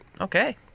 Okay